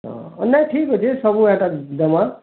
ଓହୋ ନାଇ ଠିକ୍ ଅଛେ ସବୁ ଏଟା ଦେମା